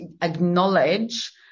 acknowledge